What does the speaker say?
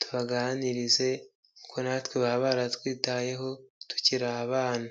tubaganirize ko natwe baba baratwitayeho tukiri abana.